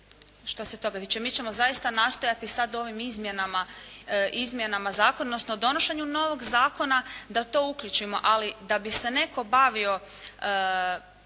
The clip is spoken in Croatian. Što se toga tiče, mi ćemo zaista nastojati sad u ovim izmjenama zakona, odnosno donošenju novog zakona da to uključimo, ali da bi se netko bavio